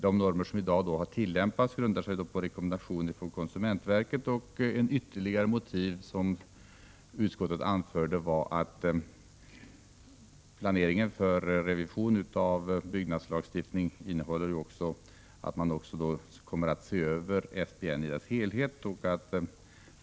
De normer som i dag tillämpas grundar sig på rekommendationer från konsumentverket. Ett ytterligare motiv som utskottet anför är att i planeringen för en revision av byggnadslagstiftningen även ingår att man kommer att se över SBN i dess helhet.